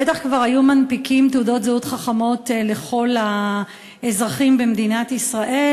בטח כבר היו מנפיקים תעודות זהות חכמות לכל האזרחים במדינת ישראל,